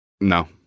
No